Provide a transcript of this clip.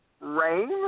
rain